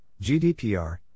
GDPR